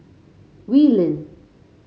Wee Lin